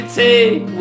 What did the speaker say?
take